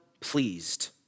pleased